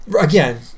again